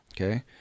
okay